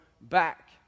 back